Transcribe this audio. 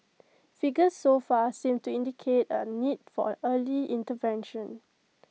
figures so far seem to indicate A need for A early intervention